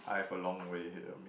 I have a long way help me